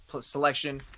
selection